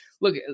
look